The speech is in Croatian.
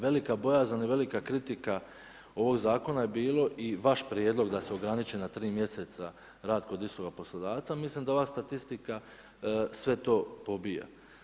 Velika bojazan i velika kritika ovog zakona je bio i vaš prijedlog da se ograniči na 3 mjeseca rad kod istog poslodavca, mislim da ova statistika sve to pobija.